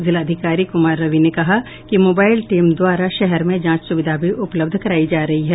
जिलाधिकारी कुमार रवि ने कहा कि मोबाईल टीम द्वारा शहर में जांच सुविधा भी उपलब्ध करायी जा रही है